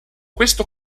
questo